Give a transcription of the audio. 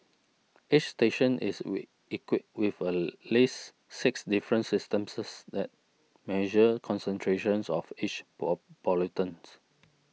each station is equipped with at least six different systems that measure concentrations of each pollutant